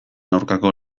aurkako